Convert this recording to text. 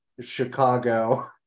Chicago